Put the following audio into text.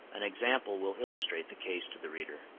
an example will illustrate the case to the reader.